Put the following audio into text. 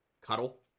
cuddle